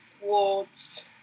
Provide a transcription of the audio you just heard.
wards